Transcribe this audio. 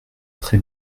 très